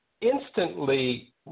instantly